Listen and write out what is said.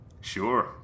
Sure